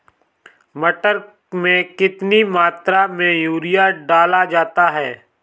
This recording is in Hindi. मटर में कितनी मात्रा में यूरिया डाला जाता है?